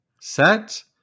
set